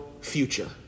future